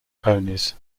ponies